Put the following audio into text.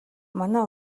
манай